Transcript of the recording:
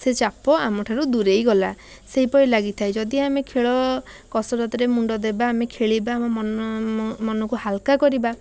ସେ ଚାପ ଆମ ଠାରୁ ଦୁରେଇଗଲା ସେହିପରି ଲାଗିଥାଏ ଯଦି ଆମେ ଖେଳ କସରତରେ ମୁଣ୍ଡ ଦେବା ଆମେ ଖେଳିବା ଆମ ମନ ମନକୁ ହାଲ୍କା କରିବା